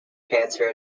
cancer